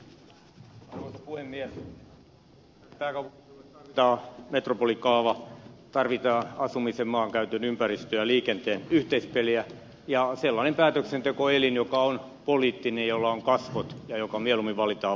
tänne pääkaupunkiseudulle tarvitaan metropolikaava tarvitaan asumisen maankäytön ympäristön ja liikenteen yhteispeliä ja sellainen päätöksentekoelin joka on poliittinen ja jolla on kasvot ja joka mieluummin valitaan vaaleilla